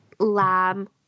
lamb